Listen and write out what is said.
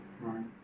Right